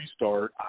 restart